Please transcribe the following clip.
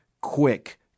quick